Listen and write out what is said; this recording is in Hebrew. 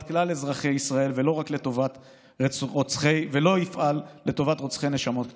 כלל אזרחי ישראל ולא יפעל לטובת רוצחי נשמות קטנות.